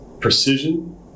precision